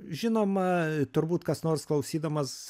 žinoma turbūt kas nors klausydamas